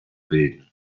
bilden